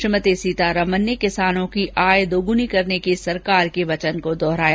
श्रीमती सीतारामन ने किसानों की आमदनी दोग्नी करने के सरकार के वचन को दोहराया